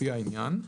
לפי העניין.".